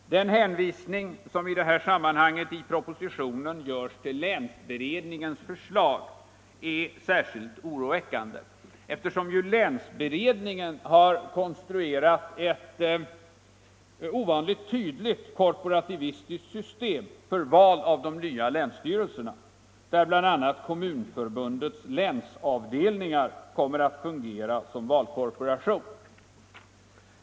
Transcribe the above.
Den hänvisning som i propositionen görs till länsberedningens förslag är i detta avseende särskilt oroväckande, eftersom ju länsberedningen har konstruerat ett ovanligt tydligt korporativistiskt system för val av de nya länsstyrelserna, där bl.a. Kommunförbundets länsavdelningar kommer att fungera som valkorporation.